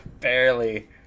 Barely